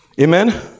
amen